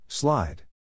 Slide